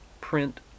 print